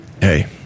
Hey